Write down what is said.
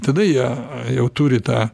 tada jie jau turi tą